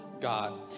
God